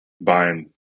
buying